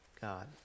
God